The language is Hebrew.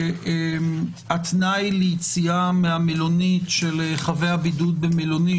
שהתנאי ליציאה מהמלונית של חבי הבידוד במלונית